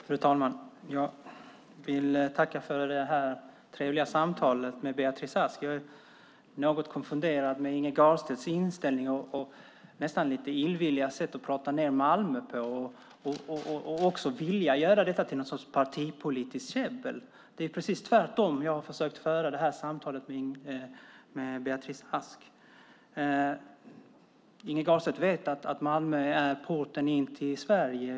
Fru talman! Jag tackar för det trevliga samtalet med Beatrice Ask. Jag är något konfunderad över Inge Garstedts inställning och hennes nästan lite illvilliga sätt att prata ned Malmö på. Det verkar som om hon vill göra detta till någon sorts partipolitiskt käbbel. Jag har försökt föra det här samtalet på precis motsatt sätt med Beatrice Ask. Inge Garstedt vet att Malmö är porten in till Sverige.